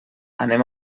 anem